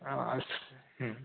हां हं